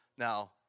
Now